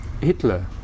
Hitler